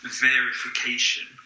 verification